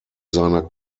seiner